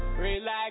relax